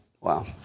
Wow